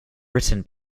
written